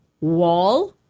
Wall